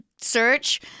search